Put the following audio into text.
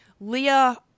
Leah